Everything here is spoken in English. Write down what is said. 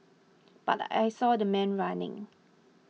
but I saw the man running